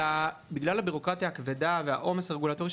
אלא בגלל הבירוקרטיה הכבדה והעומס הרגולטורי,